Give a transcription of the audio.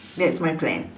that's my plan